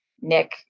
Nick